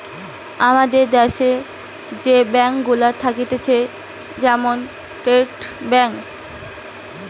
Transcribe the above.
আমাদের দ্যাশে যে ব্যাঙ্ক গুলা থাকতিছে যেমন স্টেট ব্যাঙ্ক